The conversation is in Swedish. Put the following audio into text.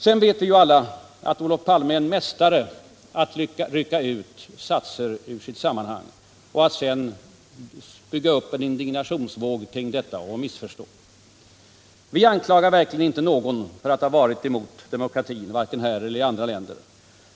Sedan vet vi alla att Olof Palme är en mästare i att rycka ut satser ur sitt sammanhang och att sedan spela upp ett indignationsnummer kring detta och att misstolka. Vi anklagar verkligen inte någon för att ha varit emot demokratin, varken här eller i andra länder.